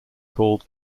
called